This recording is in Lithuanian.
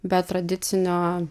be tradicinio